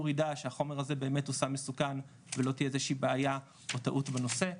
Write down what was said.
יידע שהחומר הזה הוא סם מסוכן ושלא תהיה איזו שהיא בעיה או טעות בנושא.